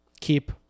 Keep